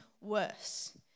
worse